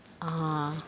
(uh huh)